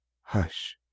hush